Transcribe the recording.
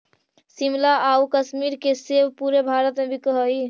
शिमला आउ कश्मीर के सेब पूरे भारत में बिकऽ हइ